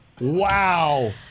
Wow